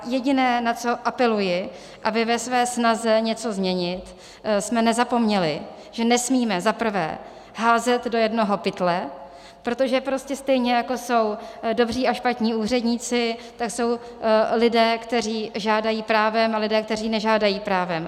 Jediné, na co apeluji, abychom ve své snaze něco změnit nezapomněli, že nesmíme za prvé házet do jednoho pytle, protože prostě stejně jako jsou dobří a špatní úředníci, tak jsou lidé, kteří žádají právem, a lidé, kteří nežádají právem.